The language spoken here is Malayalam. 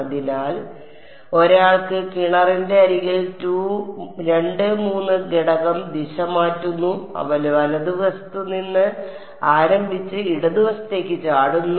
അതിനാൽ ഒരാൾക്ക് കിണറിന്റെ അരികിൽ 2 3 ഘടകം ദിശ മാറ്റുന്നു അവ വലതുവശത്ത് നിന്ന് ആരംഭിച്ച് ഇടത് വശത്തേക്ക് ചാടുന്നു